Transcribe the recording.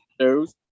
shows